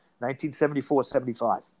1974-75